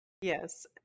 yes